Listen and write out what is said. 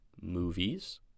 movies